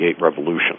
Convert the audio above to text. revolution